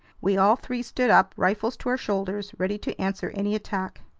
we all three stood up, rifles to our shoulders, ready to answer any attack.